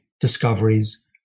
discoveries